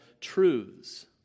truths